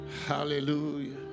hallelujah